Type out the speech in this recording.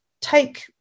take